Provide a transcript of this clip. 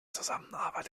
zusammenarbeit